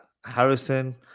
Harrison